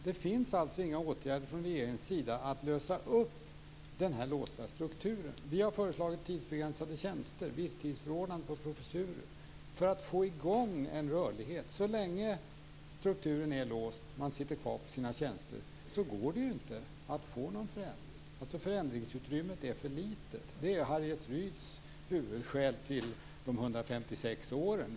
Regeringen har alltså inga åtgärder för att lösa upp den låsta strukturen. Vi har föreslagit tidsbegränsade tjänster och visstidsförordnande på professurer för att få i gång en rörlighet. Så länge strukturen är låst och man sitter kvar på sina tjänster går det ju inte att få någon förändring; förändringsutrymmet är för litet. Det är enligt Harriet Ryd huvudskälet till att det skulle ta 156 år.